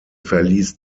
verließ